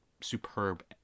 superb